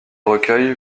recueil